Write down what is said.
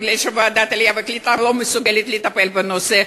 כי ועדת העלייה והקליטה לא מסוגלת לטפל בנושא,